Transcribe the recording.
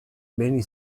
beni